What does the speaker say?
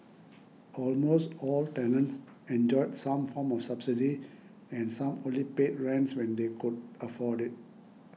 almost all tenants enjoyed some form of subsidy and some only paid rents when they could afford it